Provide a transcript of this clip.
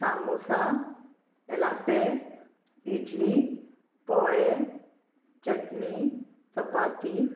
सामोसा येलापे इडली पोळे चटणी चपाती